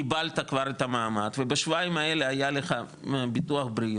קיבלת כבר את המעמד ובשבועיים האלו קיבלת את ביטוח הבריאות,